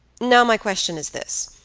now, my question is this.